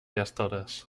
estores